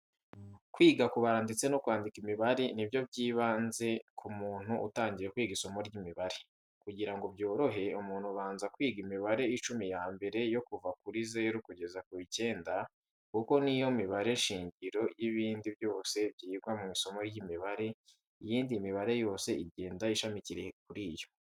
Kwiga kubara ndetse no kwandika imibare ni byo by'ibanze ku muntu utangiye kwiga isomo ry'imibare. Kugira ngo byorohe umuntu abanza kwiga imibare icumi ya mbere yo kuva kuri zeru kugeza ku icyenda, kuko niyo mibare shingiro y'ibindi byose byigwa mu isomo ry'imibare, iyindi mibare yose igenda ishamikiye kuri yo.